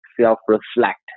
self-reflect